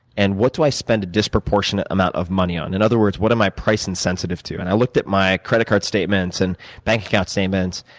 and what do i spend a disproportionate amount of money on? in other words, what am i pricing sensitive to. and i looked at my credit card statements, and bank account statements,